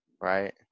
right